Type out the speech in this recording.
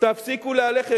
תפסיקו להלך אימים.